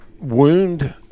wound